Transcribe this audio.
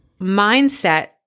mindset